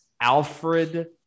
Alfred